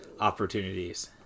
opportunities